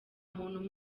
muntu